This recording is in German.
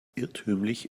irrtümlich